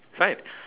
fine